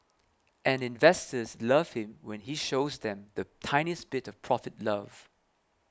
and investors love him when he shows them the tiniest bit of profit love